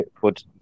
put